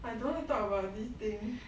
I don't want to talk about this thing